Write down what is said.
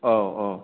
औ औ